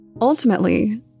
Ultimately